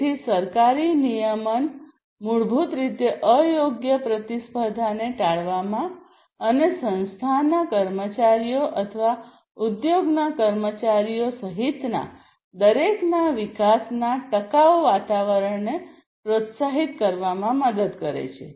તેથી સરકારી નિયમન મૂળભૂત રીતે અયોગ્ય પ્રતિસ્પર્ધાને ટાળવામાં અને સંસ્થાના કર્મચારીઓ અથવા ઉદ્યોગના કર્મચારીઓ સહિતના દરેકના વિકાસના ટકાઉ વાતાવરણને પ્રોત્સાહિત કરવામાં મદદ કરશે